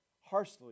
harshly